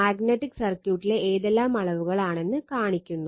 magnetic സർക്യൂട്ടിലെ ഏതെല്ലാം അളവുകൾ ആണെന്ന് കാണിക്കുന്നു